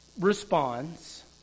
responds